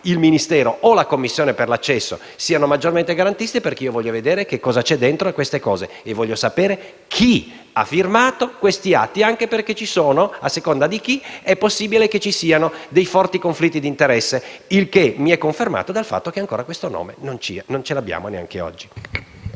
il Ministero o la commissione per l'accesso siano maggiormente garantiste, perché io voglio scoprire cosa c'è dentro questa situazione. E voglio sapere chi ha firmato questi atti, perché, a seconda di chi ha firmato, è possibile che ci siano forti conflitti d'interesse. Il che mi è confermato dal fatto che questo nome non lo abbiamo neanche oggi.